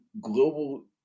global